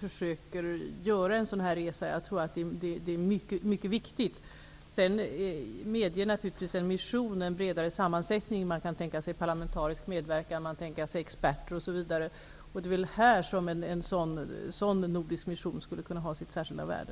försöker göra en sådan resa. Jag tror att det är mycket viktigt. Sedan medger naturligtvis en mission en bredare sammansättning. Man kan tänka sig parlamentarisk medverkan, man kan tänka sig experter, osv. Det är i detta sammanhang som en sådan nordisk mission skulle kunna ha sitt särskilda värde.